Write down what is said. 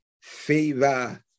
favor